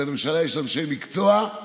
לממשלה יש אנשי מקצוע,